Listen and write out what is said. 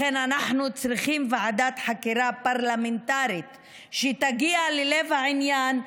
לכן אנחנו צריכים ועדת חקירה פרלמנטרית שתגיע ללב העניין,